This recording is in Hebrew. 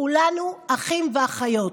כולנו אחים ואחיות.